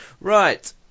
Right